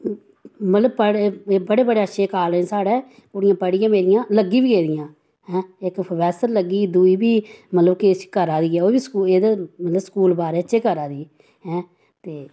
मतलब बड़े बड़े बड़े अच्छे कालेज साढ़े कुड़ियां पढ़ियै मेरियां लग्गी बी गेदियां हैं इक प्रोफैसर लग्गी दी दूई बी मतलब किश करै दी ऐ एह् बी स्कूल मतलब स्कूल बारे च करै दी ऐ ते